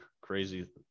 crazy